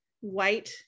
white